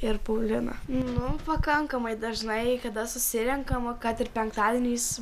ir paulina nu pakankamai dažnai kada susirenkama kad ir penktadieniais